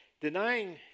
Denying